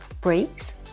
breaks